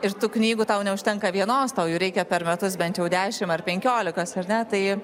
ir tų knygų tau neužtenka vienos tau jų reikia per metus bent jau dešimt ar penkiolikos ar ne tai